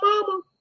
mama